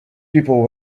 people